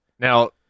Now